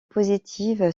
positif